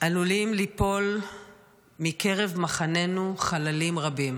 עלולים ליפול מקרב מחננו חללים רבים.